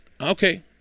Okay